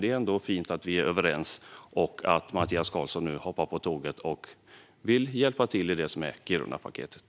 Det är ändå fint att vi är överens och att Mattias Karlsson nu hoppar på tåget och vill hjälpa till med Kirunapaketet.